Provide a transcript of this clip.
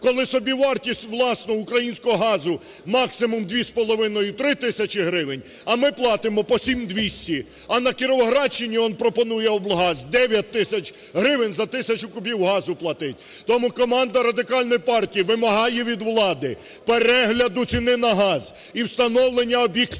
Коли собівартість власного українського газу, максимум, 2,5-3 тисячі гривень, а ми платимо по 7200. А на Кіровоградщині он пропонує облгаз 9 тисяч гривень за тисячу кубів газу платить. Тому команда Радикальної партії вимагає від влади перегляду ціни на газ і встановлення об'єктивної,